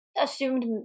assumed